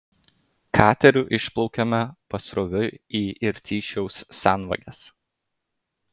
kateriu išplaukėme pasroviui į irtyšiaus senvages